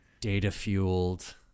data-fueled